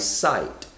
sight